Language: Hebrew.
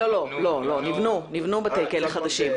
לא, נבנו בתי כלא חדשים.